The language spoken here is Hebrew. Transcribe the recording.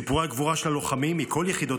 סיפורי הגבורה של הלוחמים מכל יחידות